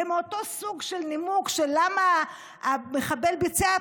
זה אותו סוג של נימוק של למה המחבל ביצע פיגוע,